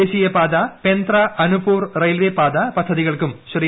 ദേശീയപാതാ പെന്ത്രാ അനുപൂർ റെയിൽവേപാത പദ്ധതികൾക്കും ശ്രീ